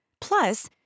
Plus